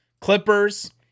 Clippers